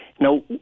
Now